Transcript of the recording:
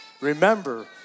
Remember